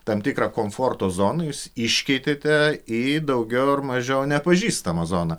tam tikrą komforto zoną jūs iškeitėte į daugiau ar mažiau nepažįstamą zoną